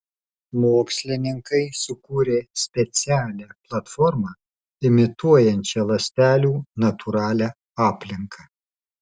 mokslininkai sukūrė specialią platformą imituojančią ląstelių natūralią aplinką